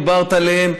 דיברת עליהם,